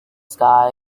sky